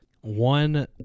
One